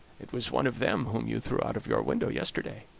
it was one of them whom you threw out of your window yesterday.